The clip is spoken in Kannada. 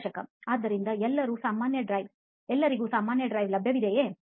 ಸಂದರ್ಶಕ ಆದ್ದರಿಂದ ಎಲ್ಲರಿಗೂ ಸಾಮಾನ್ಯ Drive ಲಭ್ಯವಿದೆಯೇ